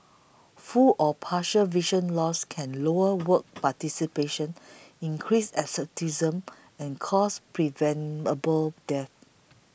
full or partial vision loss can lower work participation increase absenteeism and cause preventable deaths